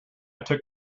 took